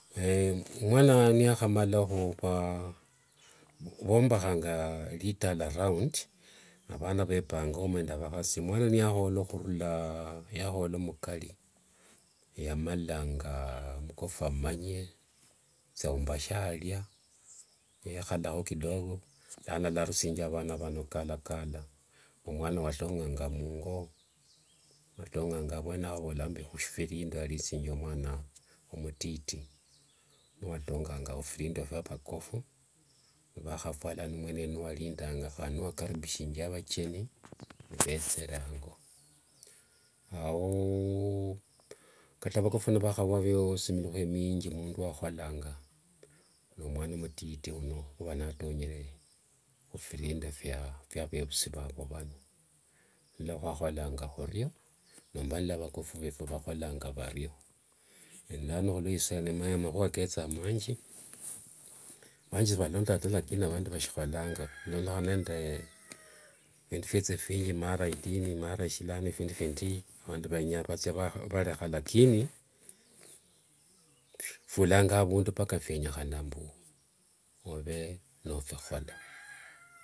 mwana niyakhamala khuva vombakhanga ritala roundi avana vepange omo nde vakhasi mwana nitakhola khurula yakhola mukari yamalanga mukofu amumanye thiaumbakhe aria niekhalao kidogo lano alarusianga avana vano kalakala omwana watonganga mungo yatonganga avuene ao nikhushiphirinda yarithingi omwana omutiti, niwatonganga ephirindua fya vakofu vakhafua lano mwene niwarindanga khandi niwakaribishanga avacheni, nivethere ango, aooo kata vakofu ni ni mwana mutiti uno uva natonyeremo khuphirinda fya vevusi vavu vano niluakhwakholanga khurio nomba niluavakofu vefu vhakholanga vario lano khulua isaino makhua ketha manji vanji shivalondanga taa lakini vandi vashikholanga khulondokhana nde phindu fyetha phinji mara idini mara shi lano phindu findi vandi vathia nivarekha laano khulwaisaino lakini fyulanga avundu mpaka ove nophikhola.